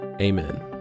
Amen